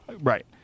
Right